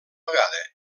vegada